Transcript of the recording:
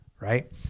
Right